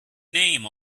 name